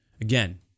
Again